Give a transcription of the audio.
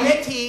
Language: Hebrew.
האמת היא,